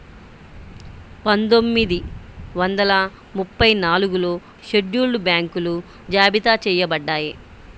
పందొమ్మిది వందల ముప్పై నాలుగులో షెడ్యూల్డ్ బ్యాంకులు జాబితా చెయ్యబడ్డాయి